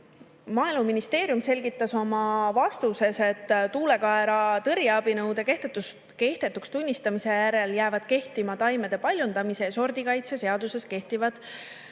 Maaeluministeerium selgitas oma vastuses, et tuulekaera tõrjeabinõude kehtetuks tunnistamise järel jäävad kehtima taimede paljundamise ja sordikaitse seaduses kehtivad